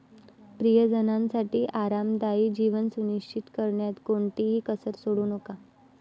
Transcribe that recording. प्रियजनांसाठी आरामदायी जीवन सुनिश्चित करण्यात कोणतीही कसर सोडू नका